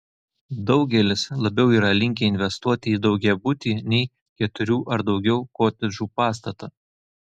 daugelis labiau yra linkę investuoti į daugiabutį nei keturių ar daugiau kotedžų pastatą